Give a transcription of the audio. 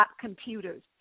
computers